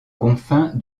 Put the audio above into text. confins